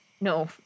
No